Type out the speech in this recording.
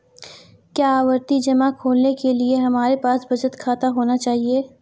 क्या आवर्ती जमा खोलने के लिए हमारे पास बचत खाता होना चाहिए?